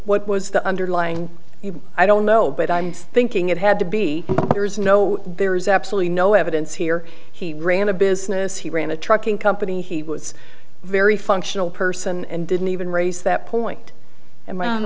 what was the underlying i don't know but i'm thinking it had to be there is no there is absolutely no evidence here he ran a business he ran a trucking company he was very functional person and didn't even raise that point